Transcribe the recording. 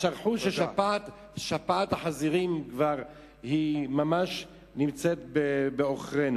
אז שכחו ששפעת החזירים היא כבר ממש נמצאת בעוכרינו.